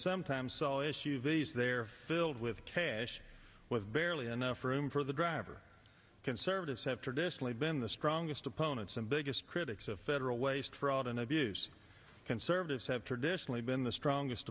sometimes they're filled with cash with barely enough room for the driver conservatives have traditionally been the strongest opponents and biggest critics of federal waste fraud and abuse conservatives have traditionally been the strongest